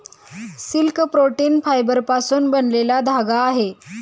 silk protein फायबरपासून बनलेला धागा आहे